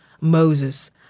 Moses